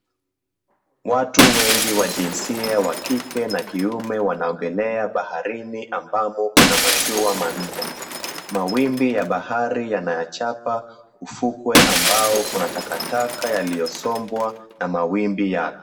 Watu wengi wa jinsia wa kike na kiume wanaogelea baharini ambamo kuna mashua manne. Mawimbi ya bahari yanayachapa, ufukwe ambao uko na takataka yaliyosombwa na mawimbi hayo.